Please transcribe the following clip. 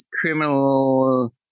criminal